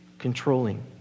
controlling